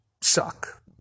suck